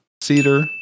Cedar